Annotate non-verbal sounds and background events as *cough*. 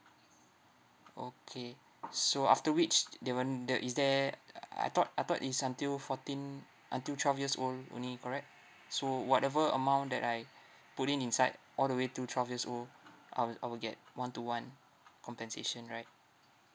okay so after which th~ they won't the is there *noise* I thought I thought it's until fourteen until twelve years old only correct so whatever amount that I put in inside all the way to twelve years old I will I will get one to one compensation right